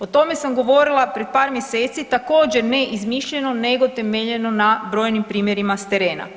O tome sam govorila pre par mjeseci također ne izmišljeno nego temeljeno na brojnim primjerima s terena.